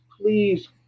please